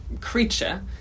creature